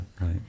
Right